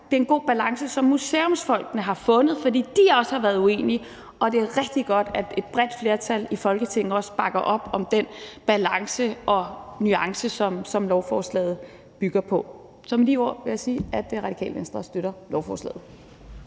Det er en god balance, som museumsfolkene har fundet, fordi de også har været uenige, og det er rigtig godt, at et bredt flertal i Folketinget også bakker op om den balance og nuance, som lovforslaget bygger på. Så med de ord vil jeg sige, at Radikale Venstre støtter lovforslaget.